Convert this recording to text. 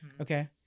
Okay